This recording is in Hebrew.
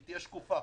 היא תהיה שקופה.